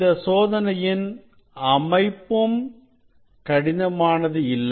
இந்த சோதனையின் அமைப்பும் கடினமானது இல்லை